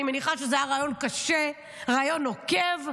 אני מניחה שזה היה ריאיון קשה, ריאיון נוקב.